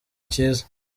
cyiza